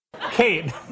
Kate